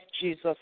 Jesus